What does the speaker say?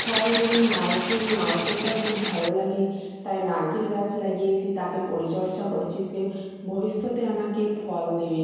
ফল বলুন নারকেল নারকেলটাও খুব ভালো লাগে তাই নারকেল গাছ লাগিয়েছি তাকে পরিচর্যা করছি সে ভবিষ্যতে আমাকে ফল দেবে